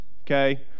Okay